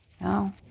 No